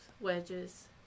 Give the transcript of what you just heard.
wedges